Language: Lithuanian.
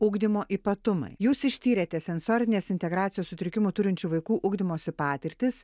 ugdymo ypatumai jūs ištyrėte sensorinės integracijos sutrikimų turinčių vaikų ugdymosi patirtis